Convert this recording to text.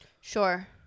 sure